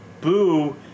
boo